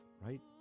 Right